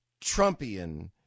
Trumpian